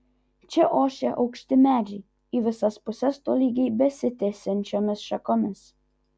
čia ošė aukšti medžiai į visas puses tolygiai besitiesiančiomis šakomis